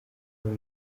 kuba